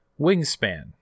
Wingspan